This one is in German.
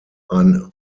ein